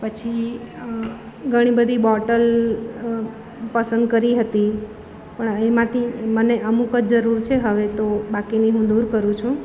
પછી ઘણી બધી બોટલ પસંદ કરી હતી પણ એમાંથી મને અમુક જ જરૂર છે હવે તો બાકીની હું દૂર કરું છું